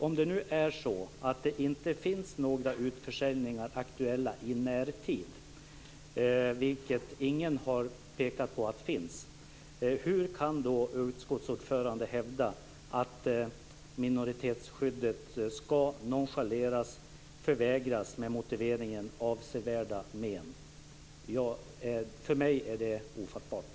Om några utförsäljningar inte är aktuella i närtid, och ingen har pekat på att några skulle vara aktuella, hur kan då utskottsordföranden hävda att minoritetsskyddet ska nonchaleras och förvägras med motiveringen att det skulle medföra avsevärda men? För mig är det ofattbart.